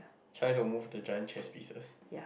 try to move to chance chest pieces